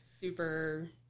Super